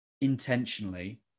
intentionally